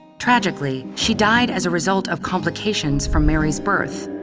tragically, she died as a result of complications from mary's birth.